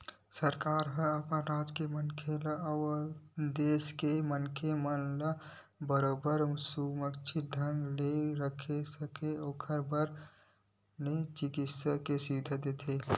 सरकार ह अपन राज के मनखे अउ देस के मनखे मन ला बरोबर सुरक्छित ढंग ले रख सकय ओखर बर बने चिकित्सा के सुबिधा देथे